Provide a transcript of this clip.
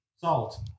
Salt